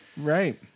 Right